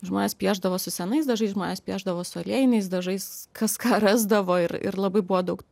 žmonės piešdavo su senais dažais žmonės piešdavo su aliejiniais dažais kas ką rasdavo ir ir labai buvo daug